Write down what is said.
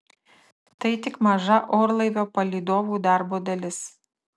tai tik maža orlaivio palydovų darbo dalis